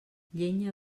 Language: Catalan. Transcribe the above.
llenya